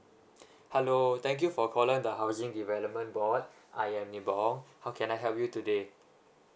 hello thank you for calling the housing development board I am nibong how can I help you today